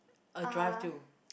a drive to